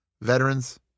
Veterans